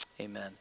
amen